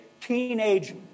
Teenage